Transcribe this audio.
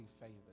favored